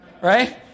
right